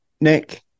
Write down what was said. Nick